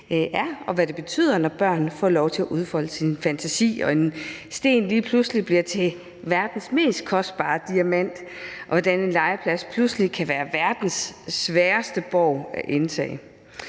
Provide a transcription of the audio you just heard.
og hvad det betyder, når børn får lov til at udfolde deres fantasi, hvor en sten lige pludselig bliver til verdens mest kostbare diamant, og hvordan en legeplads pludselig kan være verdens sværeste borg at indtage.